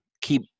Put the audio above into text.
keep